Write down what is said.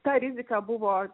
ta rizika buvo